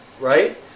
right